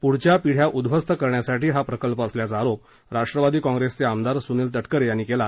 पुढच्या पिढ़या उध्वस्त करण्यासाठी हा प्रकल्प असल्याचा आरोप राष्ट्रवादी काँप्रेसचे आमदार सुनिल तटकरे यांनी केला